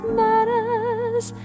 matters